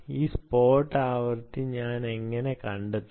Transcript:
ഈ സ്പോട്ട് ആവൃത്തി ഞാൻ എങ്ങനെ കണ്ടെത്തും